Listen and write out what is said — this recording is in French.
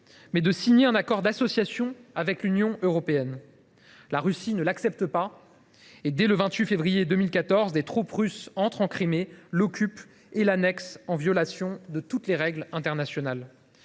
mais de signer un accord d’association avec l’Union européenne. La Russie ne l’accepte pas et, dès le 28 février 2014, des troupes russes entrent en Crimée, occupent ce territoire et l’annexent, en violation de toutes les règles internationales.